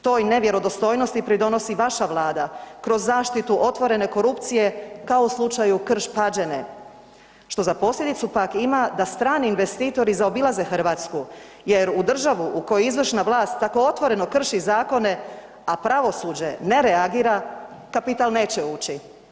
Toj nevjerodostojnosti pridonosi vaša vlada kroz zaštitu otvorene korupcije kao u slučaju Krš-Pađene, što za posljedicu pak ima da strani investitori zaobilaze Hrvatsku jer u državu u kojoj izvršna vlast tako otvoreno krši zakone, a pravosuđe ne reagira, kapital neće ući.